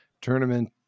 tournament